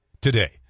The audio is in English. today